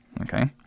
Okay